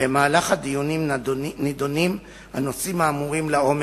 במהלך הדיונים נדונים הנושאים האמורים לעומק,